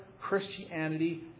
Christianity